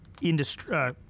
industry